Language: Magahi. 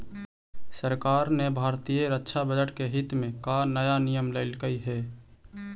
सरकार ने भारतीय रक्षा बजट के हित में का नया नियम लइलकइ हे